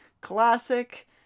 classic